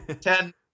Ten